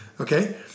okay